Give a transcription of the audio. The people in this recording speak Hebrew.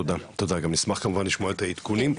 תודה, תודה, גם נשמח כמובן לשמוע את העדכונים.